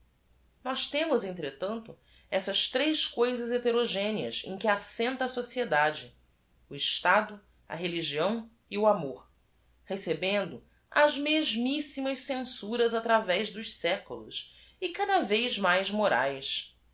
ós temos entretanto essas tres coisas heterogêneas m que assenta a sociedade o estado a re ligião e o amor recebendo as mesmissimas censuras atravez dos séculos e cada vez mais moraes